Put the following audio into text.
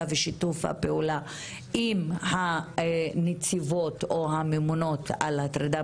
ושיתוף הפעולה עם הנציבות או הממונות על מניעת הטרדה